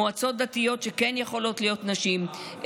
מועצות דתיות שכן יכולות להיות בהן נשים,